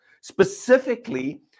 Specifically